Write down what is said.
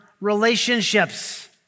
relationships